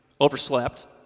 overslept